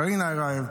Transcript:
קרינה ארייב.